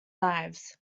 knives